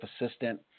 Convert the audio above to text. assistant